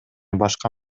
башка